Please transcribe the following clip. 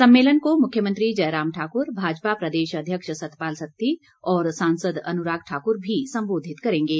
सम्मेलन को मुख्यमंत्री जयराम ठाकुर भाजपा प्रदेश अध्यक्ष सतपाल सत्ती और सांसद अनुराग ठाकुर भी संबोधित करेंगे